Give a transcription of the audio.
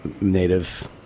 native